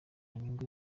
nyungu